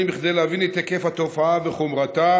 כדי להבין את היקף התופעה וחומרתה,